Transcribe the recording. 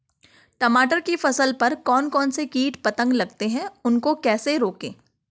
टमाटर की फसल पर कौन कौन से कीट पतंग लगते हैं उनको कैसे रोकें?